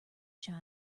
china